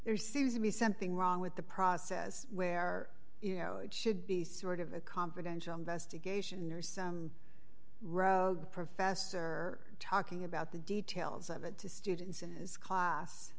there seems to be something wrong with the process where you know it should be sort of a confidential investigation or some rogue professor talking about the details of it to students in his class